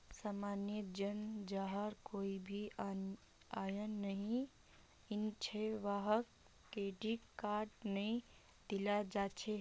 सामान्य जन जहार कोई भी आय नइ छ वहाक क्रेडिट कार्ड नइ दियाल जा छेक